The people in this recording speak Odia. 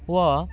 ୱ